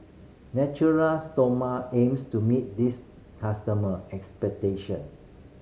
Natura Stoma aims to meet this customer expectation